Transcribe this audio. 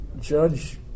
Judge